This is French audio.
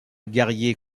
guerrier